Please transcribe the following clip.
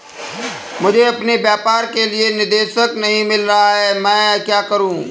मुझे अपने व्यापार के लिए निदेशक नहीं मिल रहा है मैं क्या करूं?